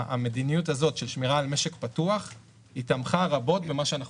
המדיניות הזאת של שמירה על משק פתוח תמכה רבות במה שאנחנו